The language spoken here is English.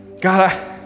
God